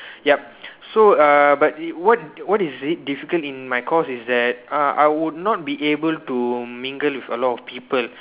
yup so err but what is what is it difficult in my course is that err I would not be able to mingle with a lot of people